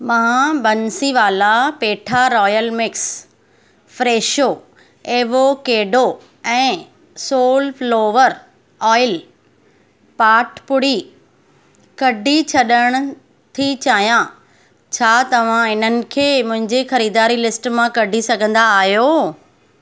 मां बंसीवाला पेठा royal mix Fresho avocado ऐं सोलफ्लोवर ऑयल पॉटपुड़ी कढी छॾणु थी चाहियां छा तव्हां हिननि खे मुंहिंजे ख़रीदारी लिस्ट मां कढी सघंदा आहियो